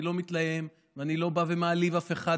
אני לא מתלהם ואני לא בא ומעליב אף אחד,